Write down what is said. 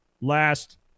last